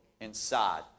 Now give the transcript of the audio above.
inside